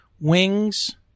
wings